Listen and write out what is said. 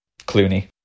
Clooney